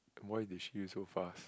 why you dispute so fast